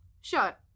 Sure